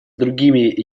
другими